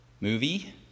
movie